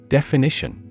Definition